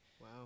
Wow